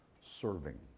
Serving